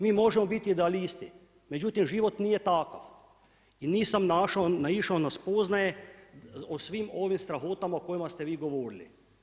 Mi možemo biti idealisti, međutim, život nije takav i nisam našao, naišao na spoznaje o svim ovim strahotama o kojima ste vi govorili.